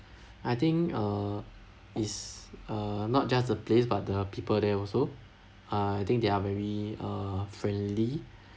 I think err is uh not just a place but the people there also uh I think they are very err friendly